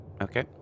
Okay